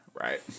right